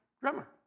drummer